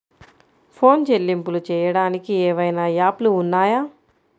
Phone చెల్లింపులు చెయ్యటానికి ఏవైనా యాప్లు ఉన్నాయా?